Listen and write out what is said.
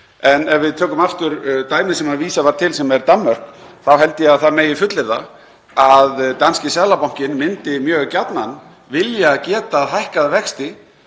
En ef við tökum aftur dæmið sem vísað var til, sem er Danmörk, þá held ég að það megi fullyrða að danski Seðlabankinn myndi mjög gjarnan vilja geta hækkað vexti